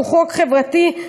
חוק חברתי,